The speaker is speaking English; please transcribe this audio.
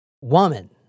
woman